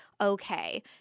okay